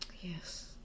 Yes